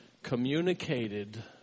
communicated